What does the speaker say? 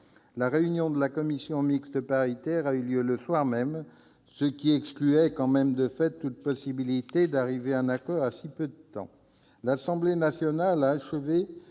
au matin. La commission mixte paritaire s'est réunie le soir même, ce qui excluait de fait toute possibilité d'arriver à un accord en si peu de temps. L'Assemblée nationale a achevé